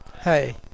Hey